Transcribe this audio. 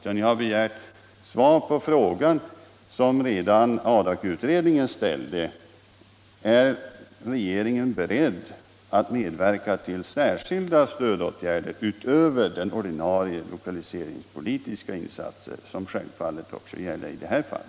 Men jag har begärt svar på den fråga som redan Adakutredningen ställde: Är regeringen beredd att medverka till särskilda stödåtgärder utöver de ordinarie lokaliseringspolitiska insatser som självfallet skall ske också i detta fall?